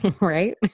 Right